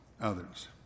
others